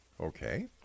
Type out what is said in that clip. Okay